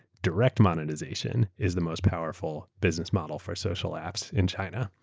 direct monetization is the most powerful business model for social lapse in china.